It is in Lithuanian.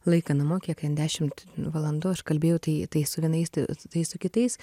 laiką namo kiek ten dešimt valandų aš kalbėjau tai tai su vienais tai tai su kitais